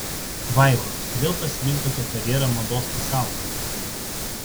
vaiva kodėl pasirinkote karjerą mados pasaulyje